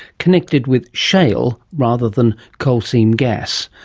connected with shale rather than coal seam gas,